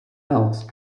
else